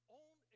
own